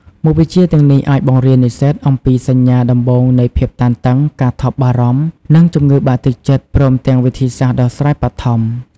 មុខវិជ្ជាទាំងនេះអាចបង្រៀននិស្សិតអំពីសញ្ញាដំបូងនៃភាពតានតឹង ការថប់បារម្ភ និងជំងឺបាក់ទឹកចិត្ត ព្រមទាំងវិធីសាស្ត្រដោះស្រាយបឋម។